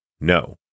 No